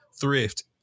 thrift